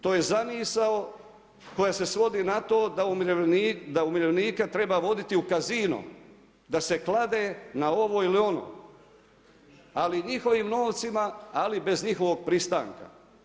To je zamisao koja se svodi na to da umirovljenike treba voditi u casino da se klade na ovo ili ono ali njihovim novcima ali bez njihovog pristanka.